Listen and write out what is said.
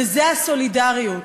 וזה הסולידריות,